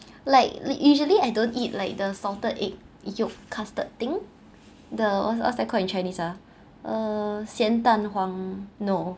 like li~ usually I don't eat like the salted egg yolk custard thing the what's what's they call in chinese ah uh 咸蛋黄 no